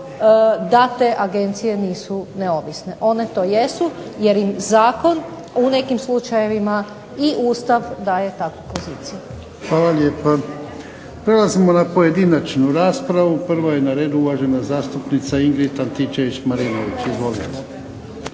da te agencije nisu neovisne. One to jesu jer im zakon u nekim slučajevima i Ustav daje takvu poziciju. **Jarnjak, Ivan (HDZ)** Hvala lijepa. Prelazimo na pojedinačnu raspravu. Prva je na redu uvažena zastupnica Ingrid Antičević Marinović. Izvolite.